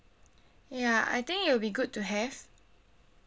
ya I think it will be good to have